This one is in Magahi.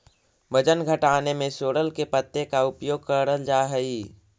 वजन घटाने में सोरल के पत्ते का उपयोग करल जा हई?